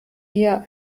eher